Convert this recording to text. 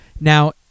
Now